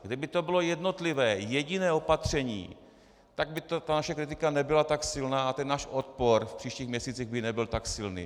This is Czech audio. Kdyby to bylo jednotlivé jediné opatření, tak by naše kritika nebyla tak silná a náš odpor v příštích měsících by nebyl tak silný.